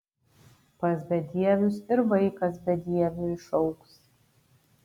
pas bedievius ir vaikas bedieviu išaugs